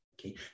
okay